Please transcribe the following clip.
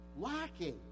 lacking